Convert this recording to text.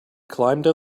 climbed